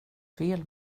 fel